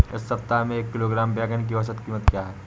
इस सप्ताह में एक किलोग्राम बैंगन की औसत क़ीमत क्या है?